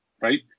right